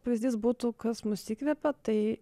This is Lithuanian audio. pavyzdys būtų kas mus įkvepia tai